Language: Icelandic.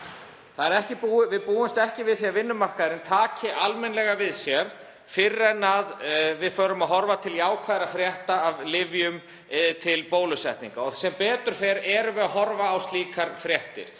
Við búumst ekki við því að vinnumarkaðurinn taki almennilega við sér fyrr en að við förum að horfa til jákvæðra frétta af lyfjum til bólusetninga. Sem betur fer erum við að horfa á slíkar fréttir